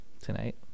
Tonight